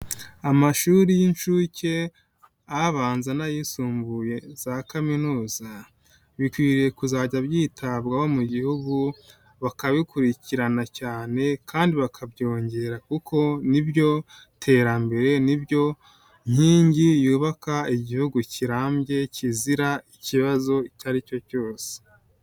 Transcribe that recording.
Amashuri y'inshuke abanza n'ayisumbuye za kaminuza, bikwiriye kuzajya byitabwaho mu gihugu, bakabikurikirana cyane kandi bakabyongera kuko n'ibyo terambere, nibyo nkingi yubaka igihugu kirambye kizira ikibazo icyo aricyo cyose.